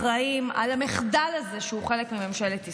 אחראים למחדל הזה שהוא חלק מממשלת ישראל.